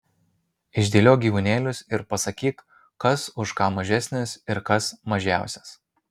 išdėliok gyvūnėlius ir pasakyk kas už ką mažesnis ir kas mažiausias